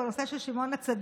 בקואליציה.